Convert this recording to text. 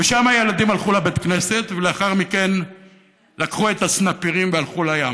ושם הילדים הלכו לבית הכנסת ולאחר מכן לקחו את הסנפירים והלכו לים,